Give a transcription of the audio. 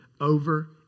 over